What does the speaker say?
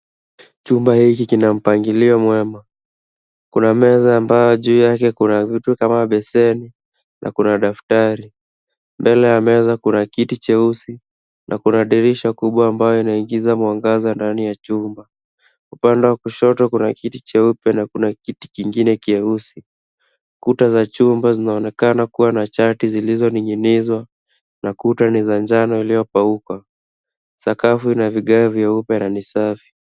Chumba hiki kina mpangilio mwema. Kuna meza ambayo juu yake kuna vitu kama beseni na kuna daftari. Mbele ya meza kuna kiti cheusi na kuna dirisha kubwa ambayo inaingiza mwangaza ndani ya chumba. Upande wa kushoto kuna kiti cheupe na kuna kiti kingine kyeusi. Kuta za chumba zinaonekana kuwa na chati zilizoning'inizwa na kuta ni za njano iliyokauka. Sakafu ina vigae vyeupe na ni safi.